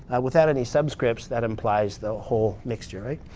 without any subscripts, that implies the whole mixture, right?